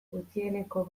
gutxieneko